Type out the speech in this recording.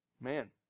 Man